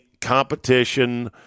competition